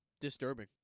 Disturbing